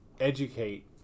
educate